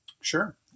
Sure